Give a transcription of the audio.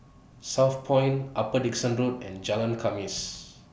Southpoint Upper Dickson Road and Jalan Khamis